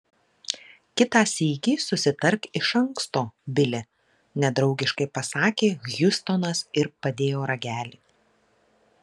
kitą sykį susitark iš anksto bili nedraugiškai pasakė hjustonas ir padėjo ragelį